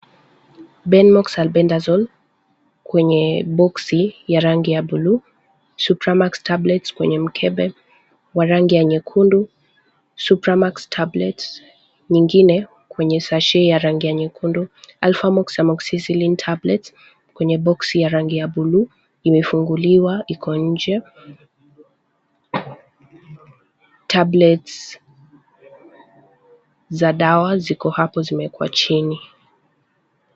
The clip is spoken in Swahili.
Benmox Albendazole kwenye boksi ya rangi ya buluu. Supramax tablets kwenye mkebe wa rangi ya nyekundu, Supramaz tablets nyingine, kwenye satche ya rangi nyekundu. Alfamox Amoxiciline tablets kwenye boxi ya rangi ya buluu imefunguliwa iko nje. Tablets za dawa ziko hapo zimeekwa chini.